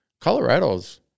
Colorado's